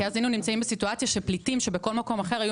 כי אז היינו במצב שפליטים שבכל מקום אחר היו